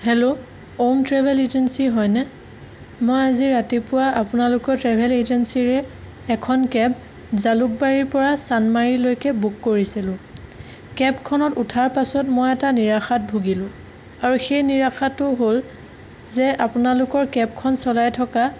hello Arun travel agency হয়নে মই আজি ৰাতিপুৱা আপোনালোকৰ ট্ৰেভেল এজেঞ্চিৰে এখন কেব জালুক বাৰীৰ পৰা ছানমাৰীলৈকে বুক কৰিছিলো কেব খনত উঠাৰ পাছত মই এটা নিৰাশাত ভুগিলোঁ আৰু সেই নিৰাশাটো হ'ল যে আপোনালোকৰ কেবখন চলাই থকা